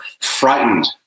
frightened